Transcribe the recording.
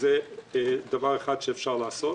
שזה דבר אחד שאפשר לעשות.